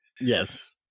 Yes